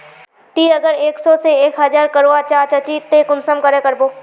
ती अगर एक सो से एक हजार करवा चाँ चची ते कुंसम करे करबो?